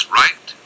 right